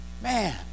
man